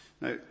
now